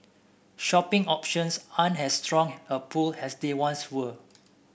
shopping options aren't as strong a pull as they once were